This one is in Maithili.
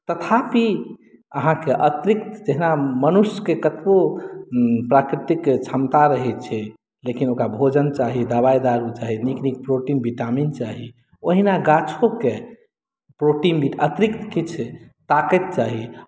तथापि अहाँके अतिरिक्त जेना मनुष्यके कतबो प्राकृतिक क्षमता रहय छै लेकिन ओकरा भोजन चाही दबाइ दारू चाही नीक नीक प्रोटीन विटामिन चाही ओहिना गाछोके प्रोटीन बिट अतिरिक्त किछु ताकत चाही